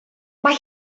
mae